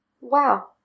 wow